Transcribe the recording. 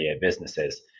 businesses